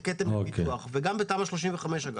גם בתמ"א35 אגב.